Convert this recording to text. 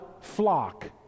flock